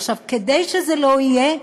עכשיו, כדי שזה לא יהיה,